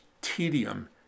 tedium